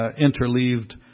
interleaved